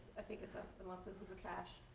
i think it's up unless this is a cache.